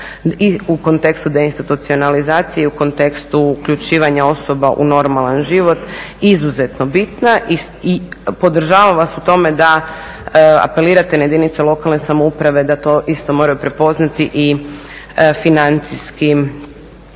i u kontekstu deinstitucionalizacije i u kontekstu uključivanja osoba u normalan život izuzetno bitna i podržavam vas u tome da apelirate na jedinice lokalne samouprave da to isto moraju prepoznati i financijski